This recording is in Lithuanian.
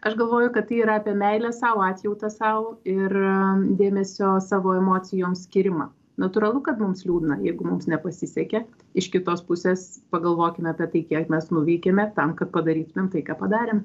aš galvoju kad tai yra apie meilę sau atjautą sau ir dėmesio savo emocijoms skyrimą natūralu kad mums liūdna jeigu mums nepasisekė iš kitos pusės pagalvokime apie tai kiek mes nuveikėme tam kad padarytumėm tai ką padarėm